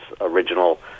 original